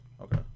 Okay